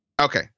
Okay